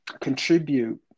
contribute